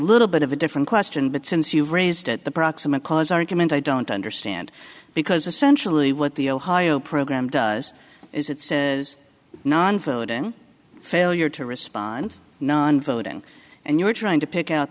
little bit of a different question but since you've raised that the proximate cause argument i don't understand because essentially what the ohio program does is it says nonfood in failure to respond non voting and you're trying to pick out